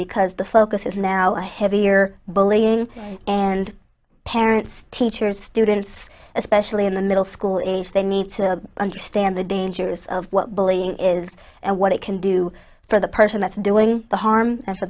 because the focus is now a heavier bullying and parents teachers students especially in the middle school age they need to understand the dangers of what bullying is and what it can do for the person that's doing the harm a